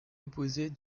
opposée